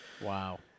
Wow